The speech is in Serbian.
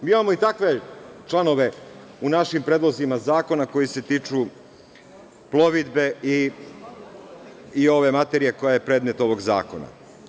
Mi imamo i takve članove u našim predlozima zakona koji se tiču plovidbe i ove materije koja je predmet ovog zakona.